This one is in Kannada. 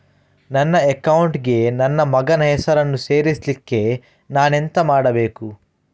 ನನ್ನ ಅಕೌಂಟ್ ಗೆ ನನ್ನ ಮಗನ ಹೆಸರನ್ನು ಸೇರಿಸ್ಲಿಕ್ಕೆ ನಾನೆಂತ ಮಾಡಬೇಕು?